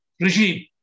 regime